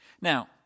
Now